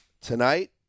Tonight